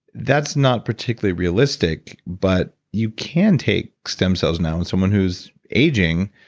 that's not particularly realistic, but you can take stem cells now in someone who's aging,